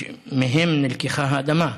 שמהם נלקחה האדמה.